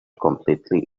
completely